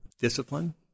discipline